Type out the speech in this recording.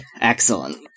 Excellent